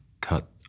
cut